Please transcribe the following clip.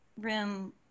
Room